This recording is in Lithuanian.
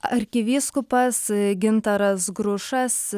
arkivyskupas gintaras grušas